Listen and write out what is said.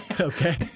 okay